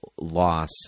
loss